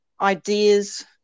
ideas